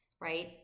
right